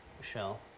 Michelle